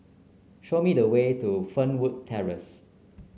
show me the way to Fernwood Terrace